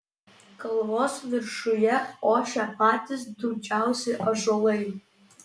kalvos viršuje ošė patys drūčiausi ąžuolai